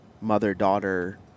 mother-daughter